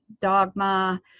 dogma